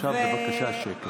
עכשיו, בבקשה, שקט.